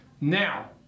now